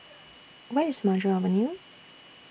Where IS Maju Avenue